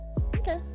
Okay